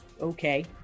okay